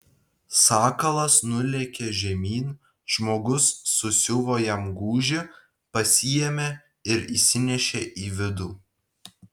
sakalas nulėkė žemyn žmogus susiuvo jam gūžį pasiėmė ir įsinešė į vidų